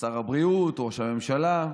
שר הבריאות, ראש הממשלה,